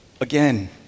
again